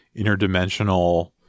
interdimensional